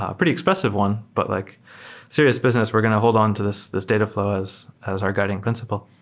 ah pretty expressive one, but like serious business. we're going to hold on to this this dataflow as as our guiding principle.